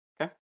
Okay